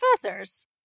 professors